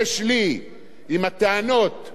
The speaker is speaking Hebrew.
שטען חבר הכנסת דב חנין,